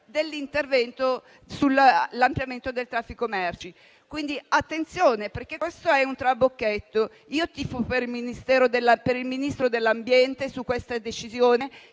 dell'intervento sull'ampliamento del traffico merci. Attenzione, quindi, perché questo è un trabocchetto. Io tifo per il Ministro dell'ambiente su questa decisione,